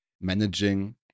managing